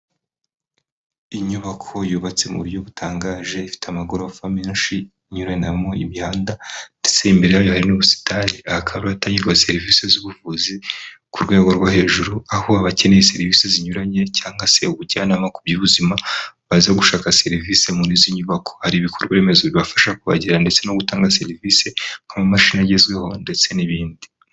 Inyubako yubatse mu buryo butangaje, ifite amagorofa menshi, inyuranamo imihanda, ndetse imbere yayo hari n'ubusini aha hakaba ari ahatangirwa serivisi z'ubuvuzi ku rwego rwo hejuru, aho abakeneye serivisi zinyuranye cyangwa se ubujyanama ku by'ubuzima baza gushaka serivisi murizi nyubako, hari ibikorwaremezo bibafasha kuhagera ndetse no gutanga serivisi nk'amamashini agezweho ndetse n'ibindi.